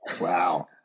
Wow